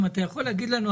להגיד לנו,